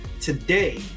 today